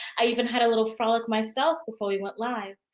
i even had a little frolic myself before we went live.